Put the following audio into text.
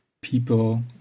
people